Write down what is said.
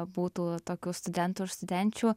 būtų tokių studentų ir studenčių